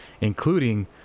including